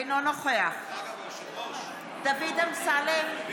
אינו נוכח דוד אמסלם,